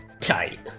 tight